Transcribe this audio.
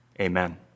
Amen